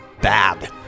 bad